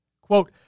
Quote